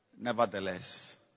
Nevertheless